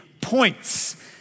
points